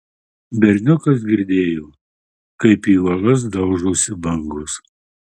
berniukas girdėjo kaip į uolas daužosi bangos